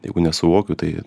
jeigu nesuvokiu tai